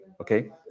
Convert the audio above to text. Okay